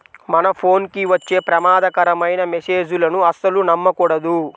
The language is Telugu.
మన ఫోన్ కి వచ్చే ప్రమాదకరమైన మెస్సేజులను అస్సలు నమ్మకూడదు